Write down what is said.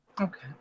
Okay